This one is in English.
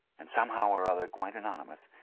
and somewhere or other, quite anonymous,